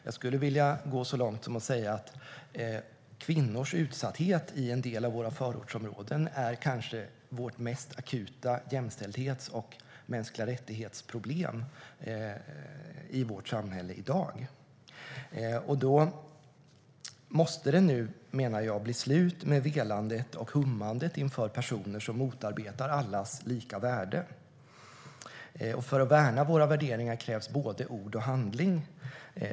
Jag skulle vilja gå så långt som att säga att kvinnors utsatthet i en del av våra förortsområden är det mest akuta problemet när det gäller jämställdhet och mänskliga rättigheter i vårt samhälle i dag. Därför måste det nu bli slut med velandet och hummandet inför personer som motarbetar allas lika värde. För att värna våra värderingar krävs både ord och handling.